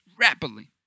rapidly